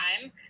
time